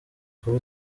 kuba